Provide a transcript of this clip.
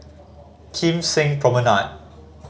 Kim Seng Promenade